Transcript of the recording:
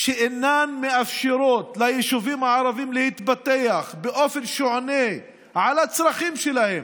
שאינן מאפשרות ליישובים הערביים להתפתח באופן שעונה על הצרכים שלהן,